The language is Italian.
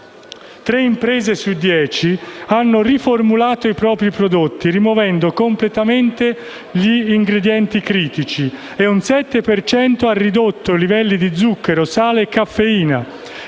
tre imprese su dieci hanno riformulato i propri prodotti rimuovendo completamente gli ingredienti critici, il 7 per cento delle imprese ha ridotto i livelli di zucchero, sale e caffeina